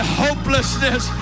hopelessness